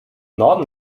norden